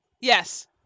Yes